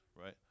Right